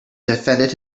defended